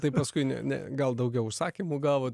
tai paskui ne gal daugiau užsakymų gavo